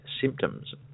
symptoms